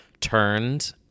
turned